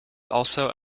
also